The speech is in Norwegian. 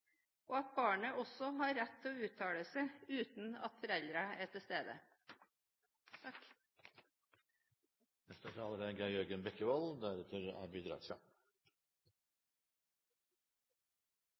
og at barnet også har rett til å uttale seg uten at foreldrene er til stede.